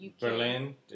Berlin